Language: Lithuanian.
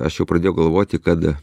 aš jau pradėjau galvoti kad